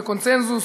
היא בקונסנזוס,